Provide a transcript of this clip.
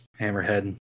hammerhead